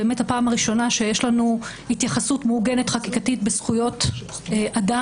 זאת פעם ראשונה שבה יש לנו התייחסות מעוגנת חקיקתית בזכויות אדם.